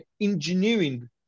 engineering